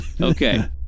Okay